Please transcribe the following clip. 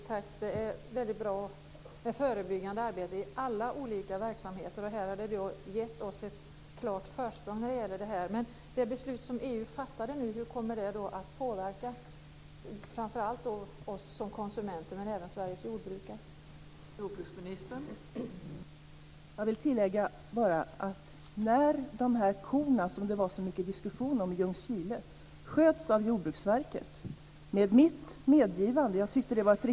Fru talman! Det är mycket bra med förebyggande arbete i alla olika verksamheter. Här har det gett oss ett klart försprång. Men hur kommer det beslut som EU nu fattat att påverka oss framför allt som konsumenter, men även Sveriges jordbrukare?